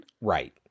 Right